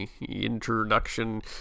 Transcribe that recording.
introduction